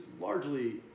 largely